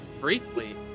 briefly